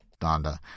Donda